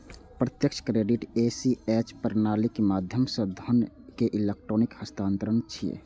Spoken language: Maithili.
प्रत्यक्ष क्रेडिट ए.सी.एच प्रणालीक माध्यम सं धन के इलेक्ट्रिक हस्तांतरण छियै